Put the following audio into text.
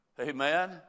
Amen